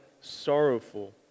sorrowful